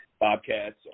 Bobcats